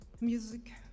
music